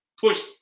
push